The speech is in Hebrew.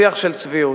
שיח של צביעות.